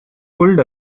pulled